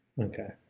Okay